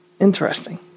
Interesting